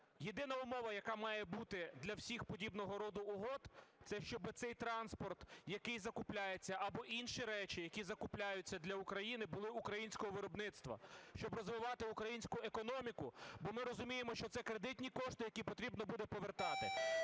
єдина умова, яка має бути для всіх подібного роду угод, це, щоб цей транспорт, який закупляється, або інші речі, які закупляються для України, були українського виробництва, щоб розвивати українську економіку, бо ми розуміємо, що це кредитні кошти, які потрібно буде повертати.